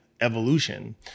evolution